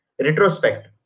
retrospect